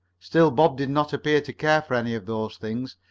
still bob did not appear to care for any of those things.